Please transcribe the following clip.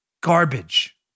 garbage